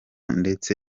ndetse